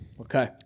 Okay